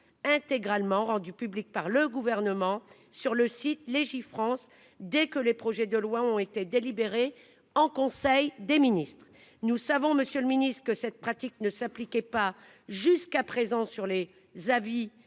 Intégralement rendue publique par le gouvernement sur le site Légifrance dès que les projets de loi ont été délibéré en conseil des ministres. Nous savons, Monsieur le Ministre, que cette pratique ne s'appliquait pas jusqu'à présent sur les avis